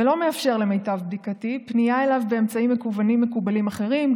ולמיטב בדיקתי אינו מאפשר פנייה אליו באמצעים מקוונים מקובלים אחרים,